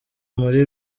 muri